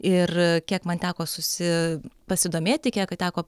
ir kiek man teko susi pasidomėti kiek teko